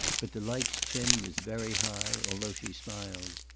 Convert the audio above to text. but delight's chin was very high, although she smiled.